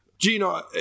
Gino